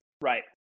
Right